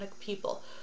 people